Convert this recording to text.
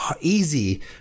easy